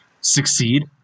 succeed